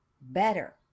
better